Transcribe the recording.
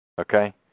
Okay